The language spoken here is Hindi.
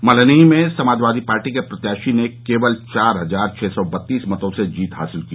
मल्हनी में समाजवादी पार्टी के प्रत्याशी ने केवल चार हजार छः सौ बत्तीस मतों से जीत हासिल की